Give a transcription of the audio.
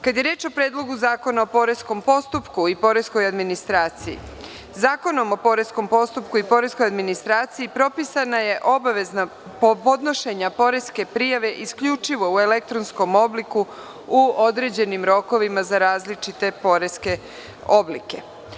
Kada je reč o Predlogu zakona o poreskom postupku i poreskoj administraciji, Zakonom o poreskom postupku i poreskoj administraciji propisana je obaveza podnošenja poreske prijave isključivo u elektronskom obliku u određenim rokovima za različite poreske oblike.